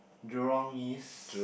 Jurong-East